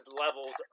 levels